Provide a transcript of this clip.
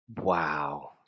Wow